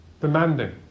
demanding